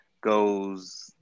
goes